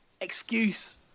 excuse